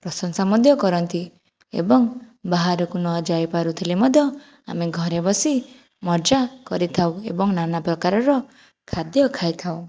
ପ୍ରଶଂସା ମଧ୍ୟ କରନ୍ତି ଏବଂ ବାହାରକୁ ନଯାଇପାରୁଥିଲେ ମଧ୍ୟ ଆମେ ଘରେ ବସି ମଜା କରିଥାଉ ଏବଂ ନାନାପ୍ରକାରର ଖାଦ୍ୟ ଖାଇଥାଉ